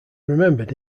remembered